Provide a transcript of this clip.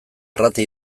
arrate